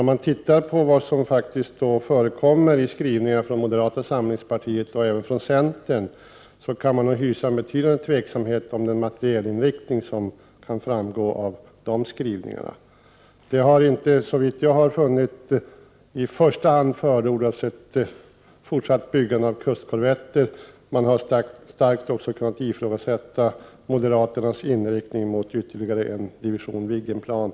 Om man ser till vad som faktiskt förekommer i skrivningar från moderata samlingspartiet och även från centern, kan man hysa en betydande tveksamhet inför den materielinriktning som framgår av dessa skrivningar. Såvitt jag har funnit, har det i första hand inte förordats något fortsatt byggande av kustkorvetter. Man kan också starkt ifrågasätta moderaternas inriktning mot ytterligare en division Viggenplan.